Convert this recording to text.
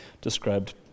described